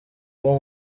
bwo